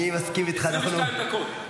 22 דקות.